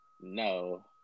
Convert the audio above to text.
no